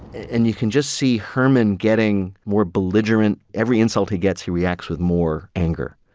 and you can just see herman getting more belligerent. every insult he gets, he reacts with more anger.